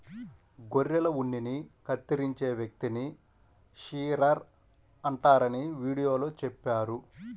గొర్రెల ఉన్నిని కత్తిరించే వ్యక్తిని షీరర్ అంటారని వీడియోలో చెప్పారు